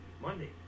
Monday